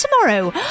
tomorrow